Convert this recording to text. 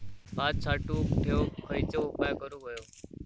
भात साठवून ठेवूक खयचे उपाय करूक व्हये?